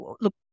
Look